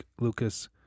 Lucas